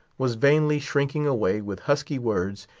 was vainly shrinking away, with husky words,